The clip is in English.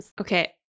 Okay